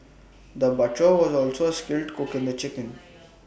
the butcher was also A skilled cook in the chicken